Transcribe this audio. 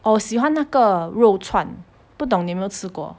哦我喜欢那个肉串不懂你有没有吃过